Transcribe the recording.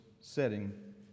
setting